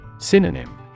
Synonym